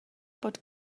bod